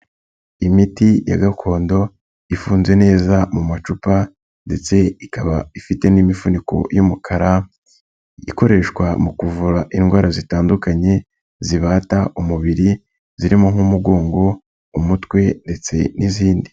Imiti ya gakondo ifunze neza mu macupa ndetse ikaba ifite n'imifuniko y'umukara, ikoreshwa mu kuvura indwara zitandukanye, zibata umubiri, zirimo nk'umugongo, umutwe ndetse n'izindi.